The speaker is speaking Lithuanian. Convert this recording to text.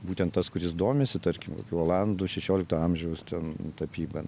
būtent tas kuris domisi tarkim kokių olandų šešiolikto amžiaus ten tapyba